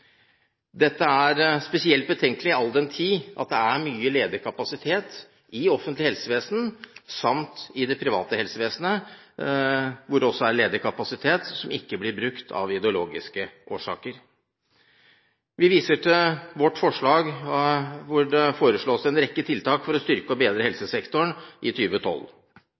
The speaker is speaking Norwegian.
Dette er spesielt betenkelig all den tid det er mye ledig kapasitet i det offentlige helsevesenet. Det er også ledig kapasitet i det private helsevesenet som ikke blir brukt av ideologiske årsaker. Vi viser til vårt forslag hvor det foreslås en rekke tiltak for å styrke og bedre helsesektoren i